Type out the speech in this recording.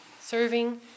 serving